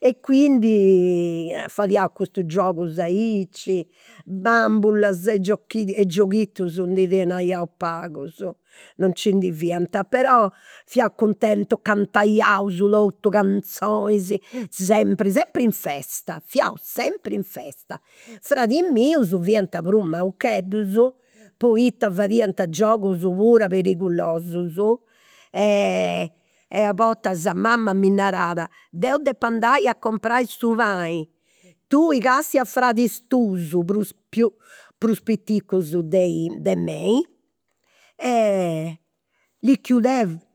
E quindi fadiaus custus giogus aici, bambulas e giog gioghitus ndi tenaius pagus, non nci ndi fiant. Però fiaus cuntentus, cantaiaus totus canzonis, sempri, sempri in festa, fiaus sempri in festa. Fradis mius fiant prus poita fadiant giogus puru perigulosus, e e a bortas mama mi narat, deu depu andai a comporai su pani, tui castia a fradis tuus prus prus piticus de de mei. Li chiudevo